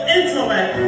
intellect